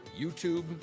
YouTube